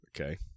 okay